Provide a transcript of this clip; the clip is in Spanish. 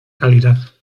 calidad